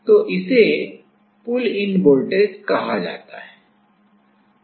तो इसे pull in voltage कहा जाता है